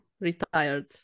retired